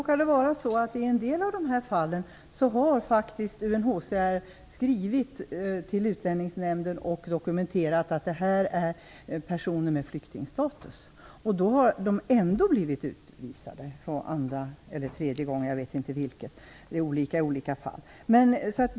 Fru talman! I en del av fallen har faktiskt UNHCR skrivit till Utlänningsnämnden och dokumenterat att det är personer med flyktingstatus. Ändå har de blivit utvisade för andra eller tredje gången - jag vet inte vilket, för det är olika i olika fall.